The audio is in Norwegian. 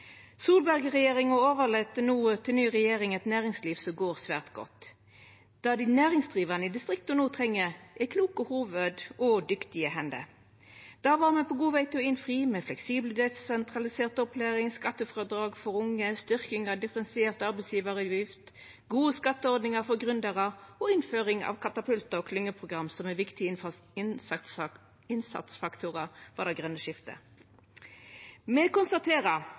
til ny regjering eit næringsliv som går svært godt. Det dei næringsdrivande i distrikta no treng, er kloke hovud og dyktige hender. Det var me på god veg til å innfri med fleksibel og desentralisert opplæring, skattefrådrag for unge, styrking av differensiert arbeidsgjevaravgift, gode skatteordningar for gründerar og innføring av katapultar og klyngeprogram som er viktige innsatsfaktorar for det grøne skiftet. Me konstaterer